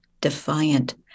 defiant